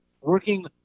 working